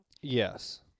Yes